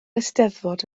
eisteddfod